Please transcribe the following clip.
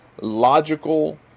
logical